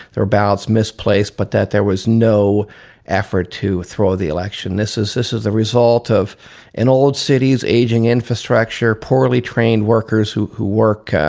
their ballots misplaced, but that there was no effort to throw the election. this is as a result of an old city's aging infrastructure, poorly trained workers who who work.